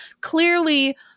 clearly